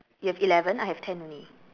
you have eleven I have ten only